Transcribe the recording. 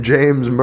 James